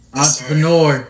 entrepreneur